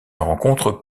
rencontrent